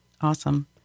Awesome